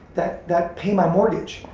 that that paid my mortgage.